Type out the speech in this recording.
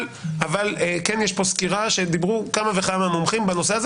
אבל כן יש פה סקירה שדיברו כמה וכמה מומחים בנושא הזה.